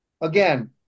again